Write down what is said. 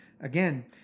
Again